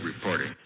reporting